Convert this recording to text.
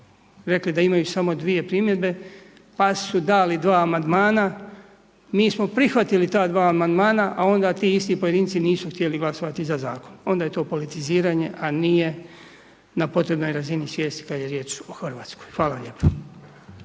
rekli da imaju samo dvije primjedbe pa su dali dva amandmana, mi smo prihvatili ta dva amandmana a onda ti isti pojedinci nisu htjeli glasovati za zakon, onda je to politiziranje a nije na potrebnoj razini svijesti kad je riječ o Hrvatskoj. Hvala lijepo.